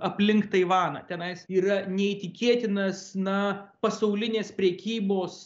aplink taivaną tenais yra neįtikėtinas na pasaulinės prekybos